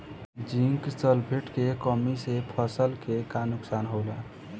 Zinc sulphate के कमी से फसल के का नुकसान होला?